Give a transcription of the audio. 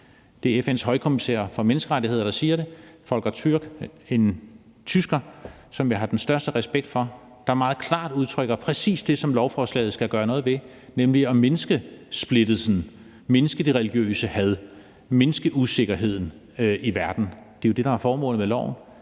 Det er FN's højkommissær for menneskerettigheder, der siger det, Volker Türk, en østriger, som jeg har den største respekt for, og som meget klart udtrykker præcis det, som lovforslaget skal gøre, nemlig mindske splittelsen, mindske det religiøse had, mindske usikkerheden i verden. Det er jo det, der er formålet med loven,